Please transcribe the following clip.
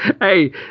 Hey